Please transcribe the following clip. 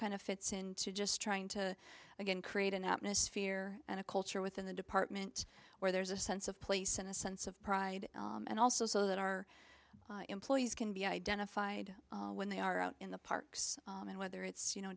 kind of fits into just trying to create an atmosphere and a culture within the department where there's a sense of place and a sense of pride and also so that our employees can be identified when they are out in the parks and whether it's you know